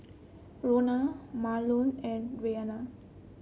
Rona Marlon and Reyna